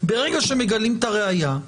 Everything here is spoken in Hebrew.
ברגע שמגלים את הראיה,